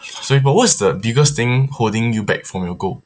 sorry but what's the biggest thing holding you back from your goal